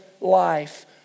life